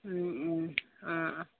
অঁ